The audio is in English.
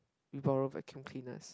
you borrow vacuum peanuts